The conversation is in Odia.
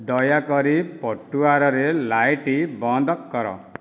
ଦୟାକରି ପଟୁଆରରେ ଲାଇଟ୍ ବନ୍ଦ କର